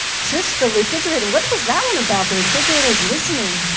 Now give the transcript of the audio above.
shush, the refrigerator what was that one about, the refrigerator is listening?